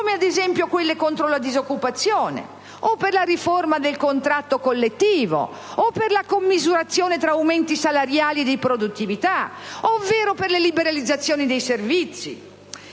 ad esempio, alle misure contro la disoccupazione, alla riforma del contratto collettivo, alla commisurazione tra aumenti salariali e di produttività o alla liberalizzazione dei servizi.